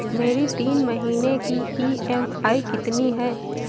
मेरी तीन महीने की ईएमआई कितनी है?